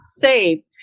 say